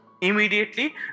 Immediately